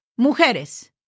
mujeres